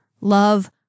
love